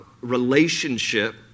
relationship